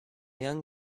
young